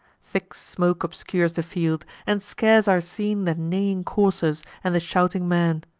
thick smoke obscures the field and scarce are seen the neighing coursers, and the shouting men.